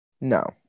No